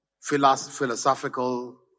philosophical